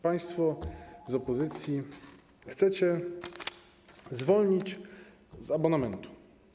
Państwo z opozycji chcecie zwolnić z abonamentu.